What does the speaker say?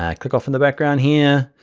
yeah click off from the background here.